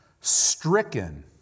stricken